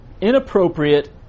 inappropriate